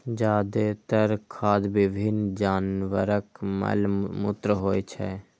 जादेतर खाद विभिन्न जानवरक मल मूत्र होइ छै